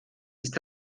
ist